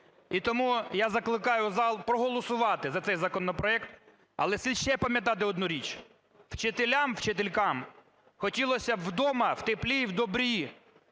І тому я закликаю зал проголосувати за цей законопроект, але слід ще пам'ятати одну річ. Вчителям, вчителькам хотілося б вдома в теплі і в добрі,